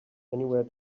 anywhere